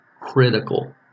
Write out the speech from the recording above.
critical